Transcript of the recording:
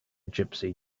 gypsy